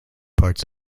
parts